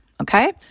Okay